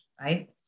right